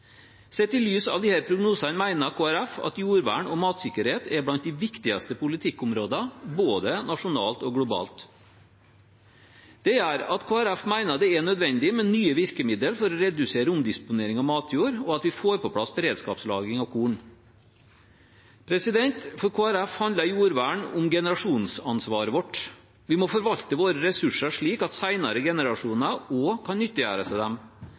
Sett i lys av disse prognosene mener Kristelig Folkeparti at jordvern og matsikkerhet er blant de viktigste politikkområdene både nasjonalt og globalt. Det gjør at Kristelig Folkeparti mener det er nødvendig med nye virkemidler for å redusere omdisponering av matjord, og at vi får på plass beredskapslagring av korn. For Kristelig Folkeparti handler jordvern om generasjonsansvaret vårt. Vi må forvalte våre ressurser slik at senere generasjoner også kan nyttiggjøre seg dem.